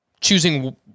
choosing